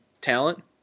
talent